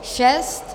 6.